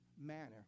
manner